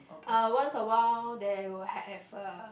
uh once awhile they will have a